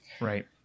Right